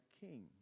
king